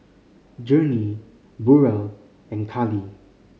Journey Burrel and Kali